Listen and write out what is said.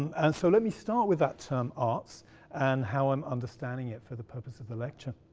and so let me start with that term arts and how i'm understanding it for the purpose of the lecture.